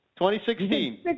2016